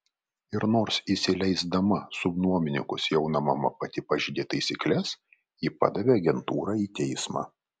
ir nors įsileisdama subnuomininkus jauna mama pati pažeidė taisykles ji padavė agentūrą į teismą